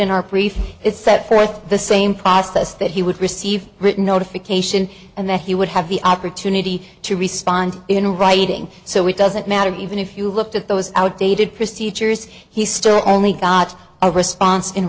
in our preferred it set forth the same process that he would receive written notification and that he would have the opportunity to respond in writing so it doesn't matter even if you looked at those outdated procedures he star only got a response